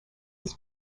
his